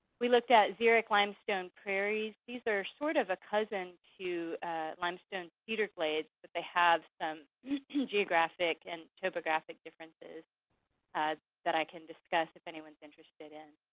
we looked at xeric limestone prairies. these are sort of a cousin to limestone cedar glades, but they have some geographic and topographic differences that i can discuss if anyone's interested. and